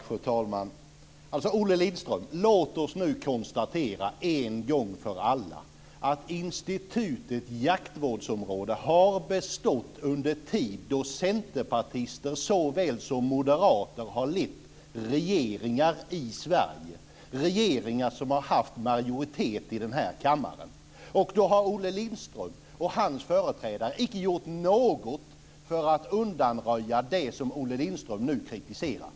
Fru talman! Olle Lindström, låt oss nu en gång för alla konstatera att institutet jaktvårdsområde har bestått under tid då centerpartister såväl som moderater har lett regeringar i Sverige och varit i majoritet i denna kammare. Då har Olle Lindström och hans företrädare icke gjort något för att undanröja det som Olle Lindström nu kritiserar.